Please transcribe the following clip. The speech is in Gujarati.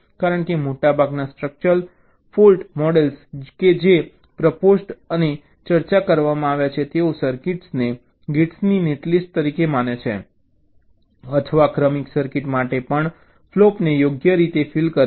કારણ કે મોટાભાગના સ્ટ્રક્ચરલ ફૉલ્ટ મૉડલ્સ કે જે પ્રપોઝ્ડ અને ચર્ચા કરવામાં આવ્યા છે તેઓ સર્કિટને ગેટ્સની નેટલિસ્ટ તરીકે માને છે અથવા ક્રમિક સર્કિટ માટે પણ ફ્લોપને યોગ્ય રીતે ફિલ કરે છે